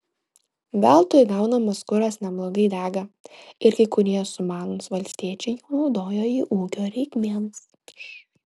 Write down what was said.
veltui gaunamas kuras neblogai dega ir kai kurie sumanūs valstiečiai jau naudoja jį ūkio reikmėms